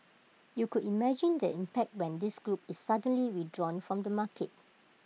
you could imagine the impact when this group is suddenly withdrawn from the market